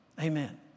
Amen